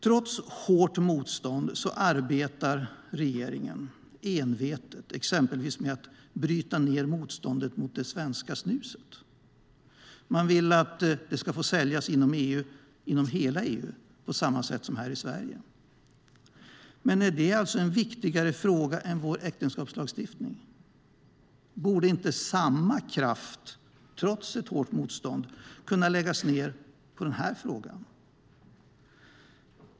Trots hårt motstånd arbetar regeringen envetet exempelvis med att bryta ned motståndet mot det svenska snuset. Man vill att det ska få säljas inom hela EU på samma sätt som i Sverige. Är det alltså en viktigare fråga än vår äktenskapslagstiftning? Borde inte samma kraft, trots ett hårt motstånd, kunna läggas på den här frågan?